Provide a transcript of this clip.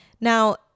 Now